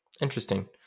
Interesting